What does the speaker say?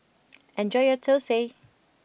enjoy your Thosai